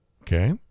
Okay